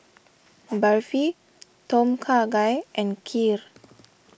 Barfi Tom Kha Gai and Kheer